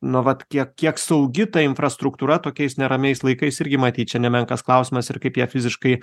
nu vat kiek kiek saugi ta infrastruktūra tokiais neramiais laikais irgi matyt čia nemenkas klausimas ir kaip ją fiziškai